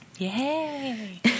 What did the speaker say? Yay